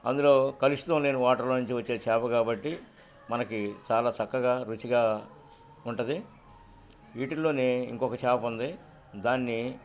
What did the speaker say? అందులో కలుషతో నేని వాటర్లో నుంచి వచ్చే చాప కాబట్టి మనకి చాలా సక్కగా రుచిగా ఉంటది వీటిల్లోనే ఇంకొక చాప ఉంది దాన్ని